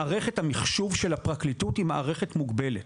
מערכת המחשוב של הפרקליטות היא מערכת מוגבלת.